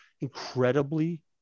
incredibly